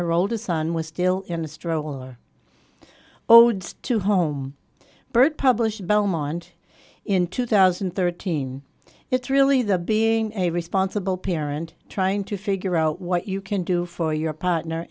her oldest son was still in the stroller ode to home bird published belmont in two thousand and thirteen it's really the being a responsible parent trying to figure out what you can do for your partner